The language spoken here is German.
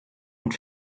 und